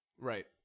Right